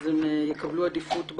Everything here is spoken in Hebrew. לכן הם יקבלו עדיפות.